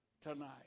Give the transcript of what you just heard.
tonight